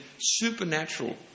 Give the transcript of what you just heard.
supernatural